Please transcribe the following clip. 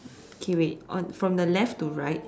okay wait on from the left to right